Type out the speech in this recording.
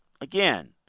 Again